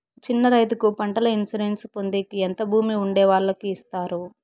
చిన్న రైతుకు పంటల ఇన్సూరెన్సు పొందేకి ఎంత భూమి ఉండే వాళ్ళకి ఇస్తారు?